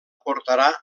portarà